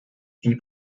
die